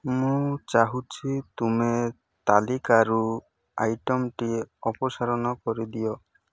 ମୁଁ ଚାହୁଁଛି ତୁମେ ତାଲିକାରୁ ଆଇଟମ୍ଟି ଅପସାରଣ କରିଦିଅ